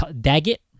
Daggett